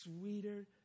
sweeter